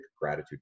gratitude